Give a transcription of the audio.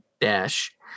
Dash